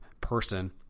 person